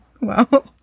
Wow